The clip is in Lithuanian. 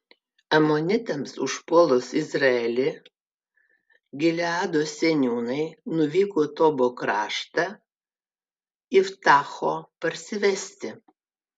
amonitams užpuolus izraelį gileado seniūnai nuvyko į tobo kraštą iftacho parsivesti